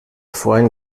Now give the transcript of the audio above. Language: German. vorhin